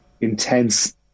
intense